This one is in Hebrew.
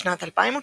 בשנת 2019